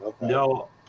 no